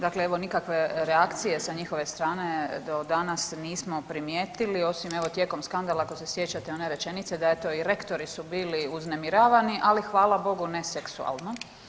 Dakle, evo nikakve reakcije sa njihove strane do danas nismo primijetili osim evo tijekom skandala ako se sjećate one rečenice da eto i rektori su bili uznemiravani ali hvala Bogu ne seksualno.